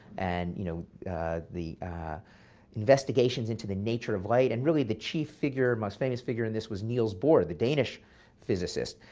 and you know the investigation into the nature of light. and really the chief figure, most famous figure in this was niels bohr, the danish physicist.